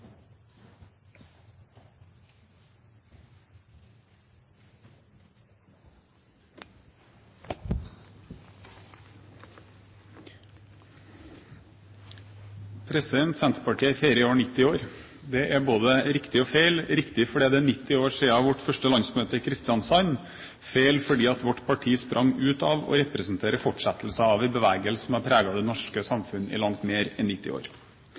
over. Senterpartiet feirer i år 90 år. Det er både riktig og feil. Det er riktig fordi det er 90 år siden vårt første landsmøte i Kristiansand, feil fordi vårt parti sprang ut av og representerer fortsettelsen av en bevegelse som har preget det norske samfunn i langt mer enn 90 år.